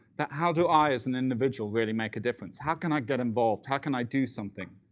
that how do i as an individual really make a difference? how can i get involved? how can i do something?